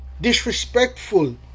disrespectful